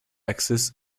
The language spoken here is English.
axis